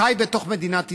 חי בתוך מדינת ישראל.